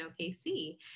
OKC